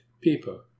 people